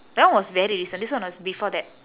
that one was very recent this one was before that